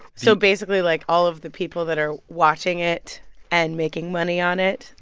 so, basically, like, all of the people that are watching it and making money on it,